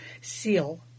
seal